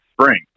spring